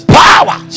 power